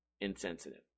insensitive